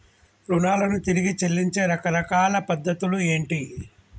రుణాలను తిరిగి చెల్లించే రకరకాల పద్ధతులు ఏంటి?